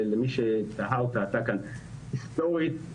למי שתהה או תהתה כאן: היסטורית,